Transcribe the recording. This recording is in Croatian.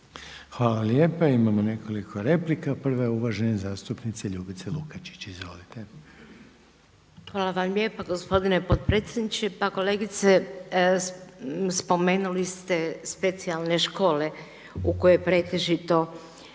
Hvala lijepa. Imamo nekoliko replika. Prva je uvažene zastupnice Ljubice Lukačić. Izvolite. **Lukačić, Ljubica (HDZ)** Hvala vam lijepa gospodine potpredsjedniče. Pa kolegice spomenuli ste specijalne škole u koje pretežito